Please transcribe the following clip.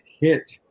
hit